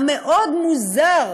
המאוד-מוזר